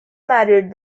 married